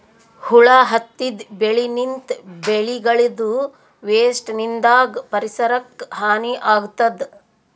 ಹುಳ ಹತ್ತಿದ್ ಬೆಳಿನಿಂತ್, ಬೆಳಿಗಳದೂ ವೇಸ್ಟ್ ನಿಂದಾಗ್ ಪರಿಸರಕ್ಕ್ ಹಾನಿ ಆಗ್ತದ್